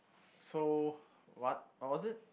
so what what was it